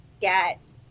get